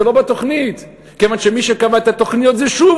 זה לא בתוכנית, כי מי שקבע את התוכניות זה שוב